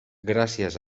gràcies